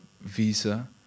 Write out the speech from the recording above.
visa